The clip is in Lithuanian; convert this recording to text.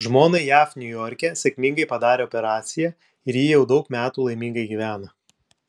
žmonai jav niujorke sėkmingai padarė operaciją ir ji jau daug metų laimingai gyvena